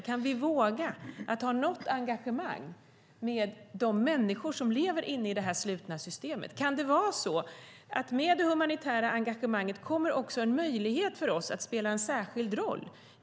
Kan vi våga ha något engagemang med de människor som lever inne i det här slutna systemet? Kan det vara så att det med det humanitära engagemanget också kommer en möjlighet för oss att spela en särskild roll?